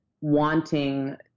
wanting